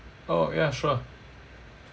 oh ya sure